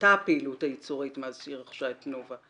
הופחתה הפעילות הייצורית אחרי שהיא רכשה את תנובה.